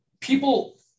people